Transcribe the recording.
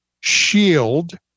shield